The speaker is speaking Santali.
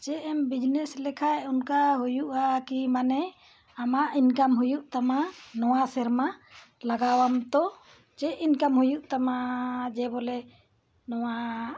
ᱪᱮᱫ ᱮᱢ ᱵᱤᱡᱽᱱᱮᱥ ᱞᱮᱠᱷᱟᱱ ᱚᱱᱠᱟ ᱦᱩᱭᱩᱜᱼᱟ ᱠᱤ ᱢᱟᱱᱮ ᱟᱢᱟᱜ ᱤᱱᱠᱟᱢ ᱦᱩᱭᱩᱜ ᱛᱟᱢᱟ ᱱᱚᱣᱟ ᱥᱮᱨᱢᱟ ᱞᱟᱜᱟᱣᱟᱢ ᱛᱚ ᱪᱮᱫ ᱤᱱᱠᱟᱢ ᱦᱩᱭᱩᱜ ᱛᱟᱢᱟ ᱡᱮ ᱵᱚᱞᱮ ᱱᱚᱣᱟ